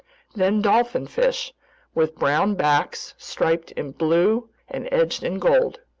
then dolphinfish with brown backs striped in blue and edged in gold,